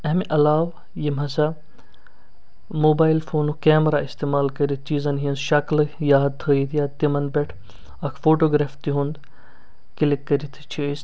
اَمہِ علاوٕ یِم ہسا موبایِل فونُک کیمرہ استعمال کٔرِتھ چیٖزَن ہنٛزۍ شَکلہٕ یاد تھٲیِتھ یا تِمَن پٮ۪ٹھ اَکھ فوٹوٗگرٛاف تہنٛد کِلِک کٔرِتھ تہِ چھِ أسۍ